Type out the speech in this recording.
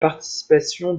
participation